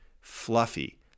fluffy